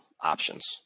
options